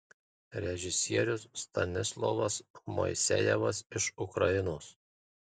režisierius stanislovas moisejevas iš ukrainos